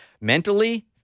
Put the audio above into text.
Mentally